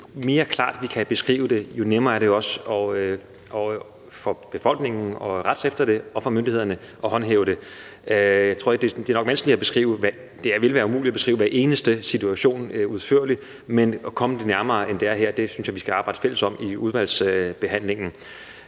mere klart vi kan beskrive det, jo nemmere er det også for befolkningen at rette sig efter det og for myndighederne at håndhæve det. Jeg tror nok, det vil være umuligt at beskrive hver eneste situation udførligt, men at komme det nærmere, end det er her, synes jeg vi i fællesskab skal arbejde om i udvalgsbehandlingen.